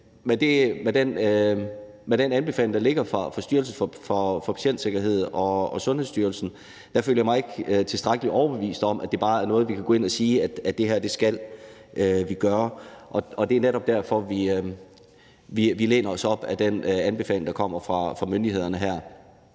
med den anbefaling, der ligger fra Styrelsen for Patientsikkerhed og Sundhedsstyrelsen, føler jeg mig ikke tilstrækkelig overbevist om, at det her bare er noget, vi kan gå ind at sige at vi skal gøre. Det er netop derfor, vi læner os op ad den anbefaling, der kommer fra myndighederne her.